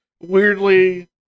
weirdly